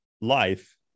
life